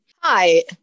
Hi